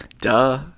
Duh